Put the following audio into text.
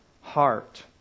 heart